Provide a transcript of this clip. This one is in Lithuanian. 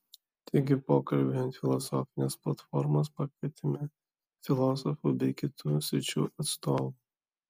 taigi pokalbiui ant filosofinės platformos pakvietėme filosofų bei kitų sričių atstovų